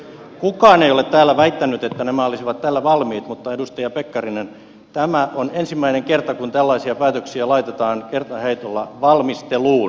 kukaan ei ole täällä väittänyt että nämä olisivat tällä valmiit mutta edustaja pekkarinen tämä on ensimmäinen kerta kun tällaisia päätöksiä laitetaan kertaheitolla valmisteluun